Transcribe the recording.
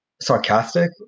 sarcastic